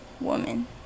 woman